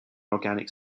organic